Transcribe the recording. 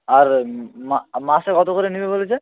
আর মাসে কত করে নেবে বলেছে